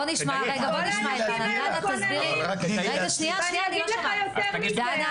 כל האנשים האלה כוננים ואני אגיד לך יותר מזה האנשים האלה